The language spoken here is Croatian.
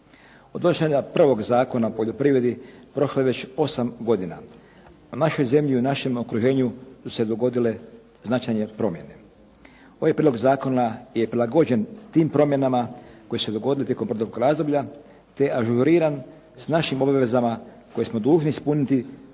donošenja prvog Zakona o poljoprivredi prošlo je već 8 godina. U našoj zemlji, u našem okruženju su se dogodile značajne promjene. Ovaj Prijedlog zakona je prilagođen tim promjenama koje su se dogodile tijekom prvog razdoblja te ažuriran s našim obvezama koje smo dužni ispuniti do trenutka